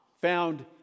found